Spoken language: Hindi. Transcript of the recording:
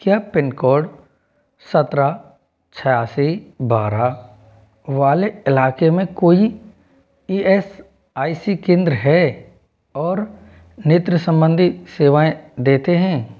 क्या पिन कोड सत्रह छियासी बारह वाले इलाक़े में कोई ई एस आई सी केंद्र है और नेत्र संबंधी सेवाएँ देते हैं